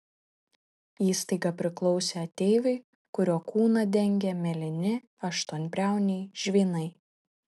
įstaiga priklausė ateiviui kurio kūną dengė mėlyni aštuonbriauniai žvynai